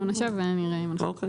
אנחנו נשב ונראה אם אפשר לעשות משהו.